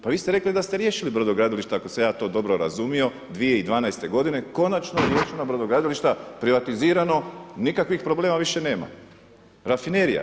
Pa vi ste rekli da ste riješili brodogradilišta ako sam ja to dobro razumio 2012. godine, konačno riješena brodogradilišta, privatizirano, nikakvih problema više nema, rafinerija